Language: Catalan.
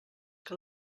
que